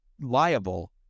liable